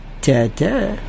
ta-ta